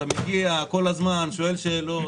אתה מגיע כל הזמן, שואל שאלות.